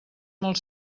molt